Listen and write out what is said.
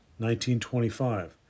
1925